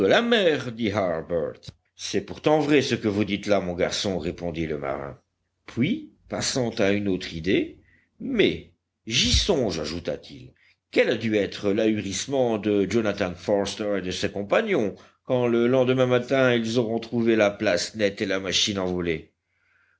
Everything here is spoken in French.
la mer dit harbert c'est pourtant vrai ce que vous dites là mon garçon répondit le marin puis passant à une autre idée mais j'y songe ajouta-t-il quel a dû être l'ahurissement de jonathan forster et de ses compagnons quand le lendemain matin ils auront trouvé la place nette et la machine envolée